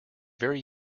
very